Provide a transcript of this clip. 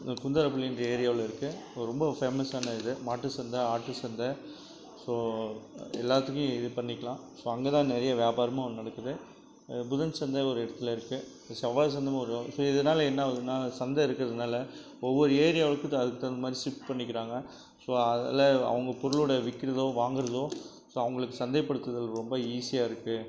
இந்த குந்தனப்பள்ளின்ற ஏரியாவில் இருக்குது ரொம்ப ஃபேமஸான இது மாட்டு சந்தை ஆட்டு சந்தை ஸோ எல்லாத்துக்கும் இது பண்ணிக்கலாம் ஸோ அங்கே தான் நிறைய வியாபாரமும் நடக்குது புதன் சந்தை ஒரு இடத்துல இருக்குது செவ்வாய் சந்தை ஒரு நாள் ஸோ இதனால் என்ன ஆகுதுன்னால் சந்தை இருக்கிறதுனால ஒவ்வொரு ஏரியாவுக்கும் அதுக்கு தகுந்த மாதிரி ஷிஃப்ட் பண்ணிக்கிறாங்க ஸோ அதில் அவங்க பொருளோட விற்கிறதோ வாங்குகிறதோ ஸோ அவங்களுக்கு சந்தைப்படுத்துதல் ரொம்ப ஈஸியாக இருக்குது